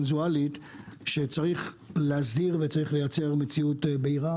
שצריך להסדיר או לייצר מציאות בהירה.